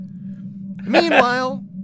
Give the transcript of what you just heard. Meanwhile